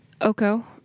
Oko